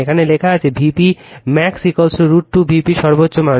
এখানে লেখা আছে Vp max √ 2 Vp সর্বোচ্চ মান